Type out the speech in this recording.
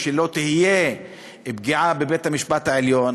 ושלא תהיה פגיעה בבית-משפט העליון.